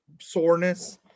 soreness